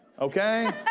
Okay